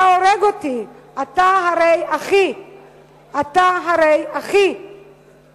הורג אותי / אתה הרי אחי / אתה הרי אחי /